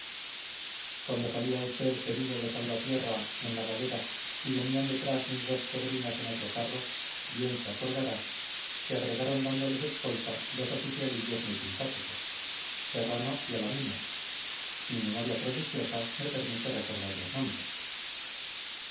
cuando salía usted herido de salvatierra en la galera y venían detrás mis dos sobrinas en otro carro bien se acordará se agregaron dándoles escolta dos oficialillos muy simpáticos serrano y alaminos mi memoria prodigiosa me permite recordar los nombres pues alaminos y serrano charlando